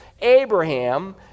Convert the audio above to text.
Abraham